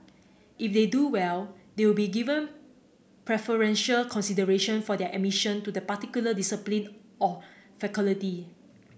if they do well they will be given preferential consideration for their admission to the particular discipline or faculty